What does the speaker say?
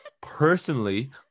Personally